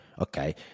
okay